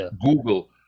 Google